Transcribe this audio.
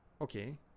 okay